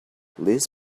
liz